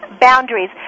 Boundaries